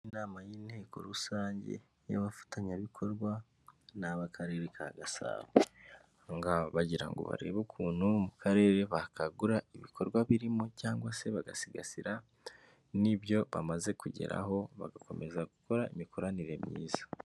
Inama y'inteko rusange y'abafatanyabikorwa ni ab'Akarere ka Gasabo, aha ngaha baba bagira ngo barebe ukuntu mu karere bakagura ibikorwa birimo cyangwa se bagasigasira n'ibyo bamaze kugeraho, bagakomeza gukora imikoranire myiza.